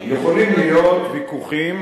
יכולים להיות ויכוחים,